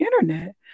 internet